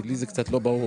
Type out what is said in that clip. כי לי זה קצת לא ברור,